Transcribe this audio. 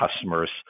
customers